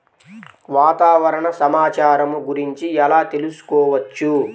వాతావరణ సమాచారము గురించి ఎలా తెలుకుసుకోవచ్చు?